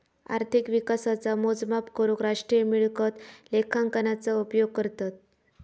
अर्थिक विकासाचा मोजमाप करूक राष्ट्रीय मिळकत लेखांकनाचा उपयोग करतत